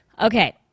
Okay